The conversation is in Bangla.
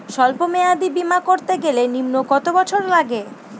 সল্প মেয়াদী বীমা করতে গেলে নিম্ন কত বছর লাগে?